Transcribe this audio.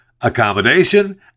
accommodation